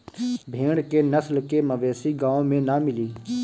भेड़ के नस्ल के मवेशी गाँव में ना मिली